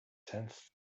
tenth